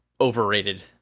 overrated